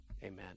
amen